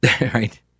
right